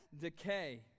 decay